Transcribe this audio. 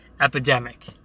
epidemic